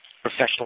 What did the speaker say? professional